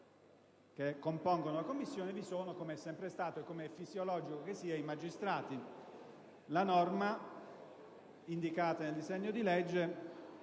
che compongono la commissione, vi sono - come è sempre stato e come è fisiologico che sia - i magistrati. La norma, indicata nel disegno di legge,